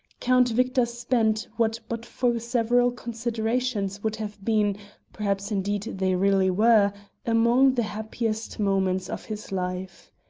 count victor spent what but for several considerations would have been perhaps indeed they really were among the happiest moments of his life.